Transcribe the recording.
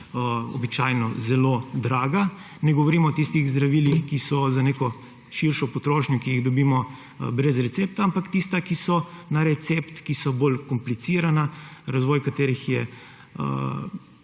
so danes zelo draga, ne govorim o tistih zdravilih, ki so za neko širšo potrošnjo, ki jih dobimo brez recepta, ampak tista, ki so na recept, ki so bolj komplicirana, razvoj katerih je